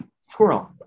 squirrel